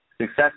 Success